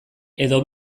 edo